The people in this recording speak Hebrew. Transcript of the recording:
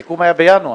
הסיכום היה בינואר.